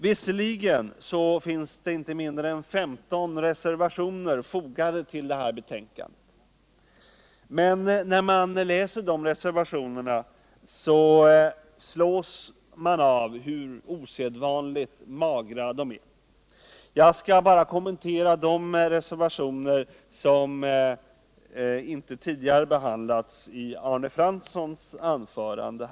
Visserligen finns det inte mindre än 15 reservationer fogade till betänkandet, men när man läser de reservationerna slås man av hur osedvanligt magra de är. Jag skall bara kommentera de reservationer som inte tidigare behandlats i Arne Franssons anförande.